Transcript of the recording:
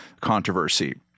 controversy